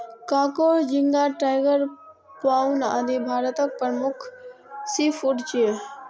कांकोर, झींगा, tiger prawn, आदि भारतक प्रमुख सीफूड छियै